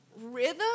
rhythm